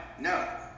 no